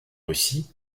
russie